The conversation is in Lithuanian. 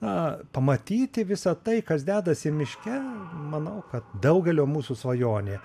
na pamatyti visa tai kas dedasi miške manau kad daugelio mūsų svajonė